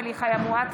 אמילי חיה מואטי,